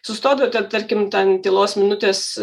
sustodavo tarkim ten tylos minutės